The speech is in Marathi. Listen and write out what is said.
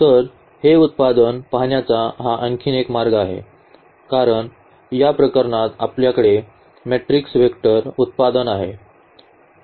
तर हे उत्पादन पाहण्याचा हा आणखी एक मार्ग आहे कारण या प्रकरणात आमच्याकडे मॅट्रिक्स वेक्टर उत्पादन आहे